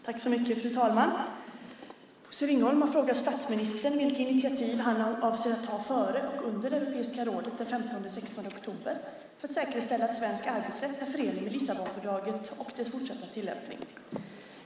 Fru talman! Bosse Ringholm har frågat statsministern vilka initiativ han avser att ta före och under Europeiska rådet den 15 och 16 oktober för att säkerställa att svensk arbetsrätt är förenlig med Lissabonfördraget och dess fortsatta tillämpning.